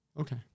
Okay